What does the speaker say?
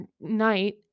night